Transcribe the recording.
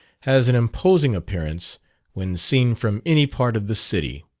has an imposing appearance when seen from any part of the city.